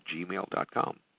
gmail.com